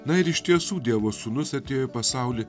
na ir iš tiesų dievo sūnus atėjo į pasaulį